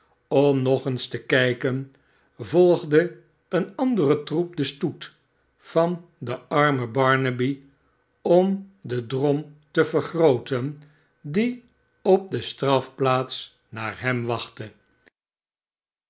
om nog eens te kijken volgde een andere troep den stoet van den armen barnaby onv den drom te vergrooten die op de strafplaats naar hem wachtte